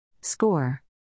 Score